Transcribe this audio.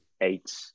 eight